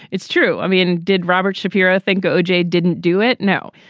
it's true. i mean did robert shapiro think oj didn't do it. no.